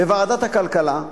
בוועדת הכלכלה,